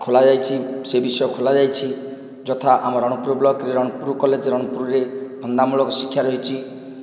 ଖୋଲାଯାଇଛି ସେ ବିଷୟ ଖୋଲାଯାଇଛି ଯଥା ଆମ ରଣପୁର ବ୍ଲକରେ ରଣପୁର କଲେଜ ରଣପୁରରେ ଧନ୍ଦାମୂଳକ ଶିକ୍ଷା ରହିଛି